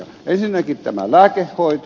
ensinnäkin tämä lääkehoito